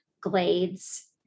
glades